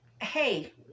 hey